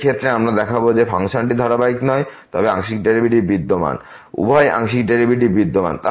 এই ক্ষেত্রে আমরা দেখাব যে ফাংশনটি ধারাবাহিক নয় তবে এর আংশিক ডেরিভেটিভস বিদ্যমান উভয় আংশিক ডেরিভেটিভ বিদ্যমান